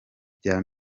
bya